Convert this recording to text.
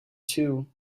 too